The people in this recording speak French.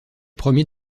premier